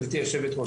גברתי היושבת-ראש.